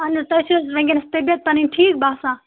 اہن حظ تۄہہِ چھو حظ ونکیٚس طبیعت پَنٕنۍ ٹھیٖک باسان